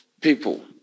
people